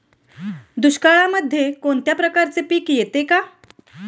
दुष्काळामध्ये कोणत्या प्रकारचे पीक येते का?